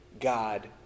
God